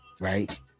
Right